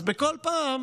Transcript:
בכל פעם